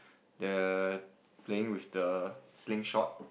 the playing with the slingshot